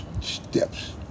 steps